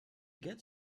get